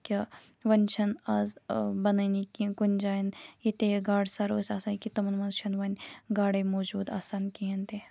کہِ وۄنۍ چھَنہٕ آز بَنٲنی کیٚنٛہہ کُنہِ جاین ییٚتہِ تہِ گاڈٕ سَر اوس آسان تُمَن مَنز چھُنہٕ وۄںۍ گاڈے موٗجوٗد آسان کِہیٖنۍ تہِ